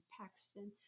Paxton